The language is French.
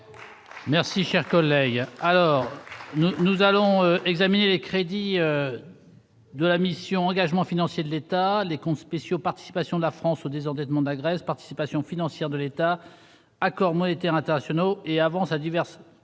alors nous, nous allons examiner les crédits de la mission engagement financier de l'État, les comptes spéciaux, participation de la France au désendettement de la Grèce participation financière de l'État accords monétaires internationaux et avance à divers